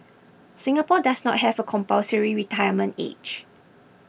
Singapore does not have a compulsory retirement age